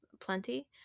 plenty